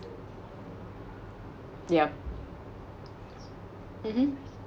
yup mmhmm